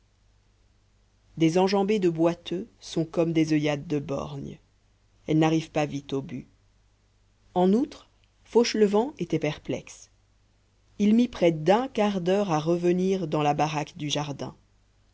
des enjambées de boiteux sont comme des oeillades de borgne elles n'arrivent pas vite au but en outre fauchelevent était perplexe il mit près d'un quart d'heure à revenir dans la baraque du jardin